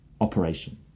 Operation